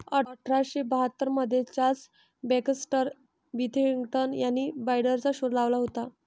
अठरा शे बाहत्तर मध्ये चार्ल्स बॅक्स्टर विथिंग्टन यांनी बाईंडरचा शोध लावला होता